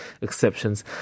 exceptions